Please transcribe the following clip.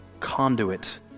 conduit